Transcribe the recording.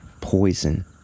poison